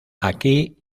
aquí